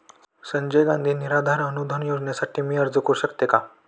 संजय गांधी निराधार अनुदान योजनेसाठी मी अर्ज करू शकते का?